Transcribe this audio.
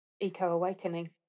eco-awakening